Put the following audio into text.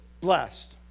blessed